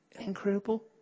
Incredible